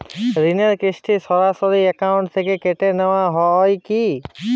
ঋণের কিস্তি সরাসরি অ্যাকাউন্ট থেকে কেটে নেওয়া হয় কি?